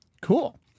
Cool